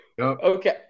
Okay